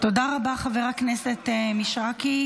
תודה רבה, חבר הכנסת מישרקי.